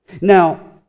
Now